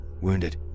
wounded